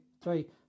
three